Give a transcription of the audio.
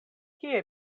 kie